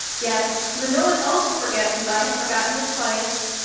yes. so that no one else will forget, since i have forgotten it twice,